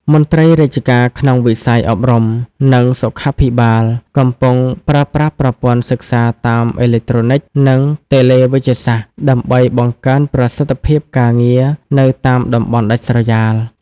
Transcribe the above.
មន្ត្រីរាជការក្នុងវិស័យអប់រំ និងសុខាភិបាលកំពុងប្រើប្រាស់ប្រព័ន្ធសិក្សាតាមអេឡិចត្រូនិក និងតេឡេវេជ្ជសាស្ត្រ ដើម្បីបង្កើនប្រសិទ្ធភាពការងារនៅតាមតំបន់ដាច់ស្រយាល។